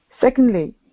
Secondly